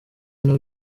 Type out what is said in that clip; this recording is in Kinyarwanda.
ino